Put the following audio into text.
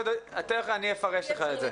אני אפרש לך את זה.